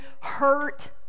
hurt